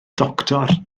doctor